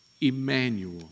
Emmanuel